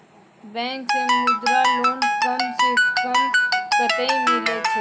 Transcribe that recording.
Bank से Mudra loan कम सऽ कम कतैय मिलैय छै?